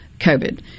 COVID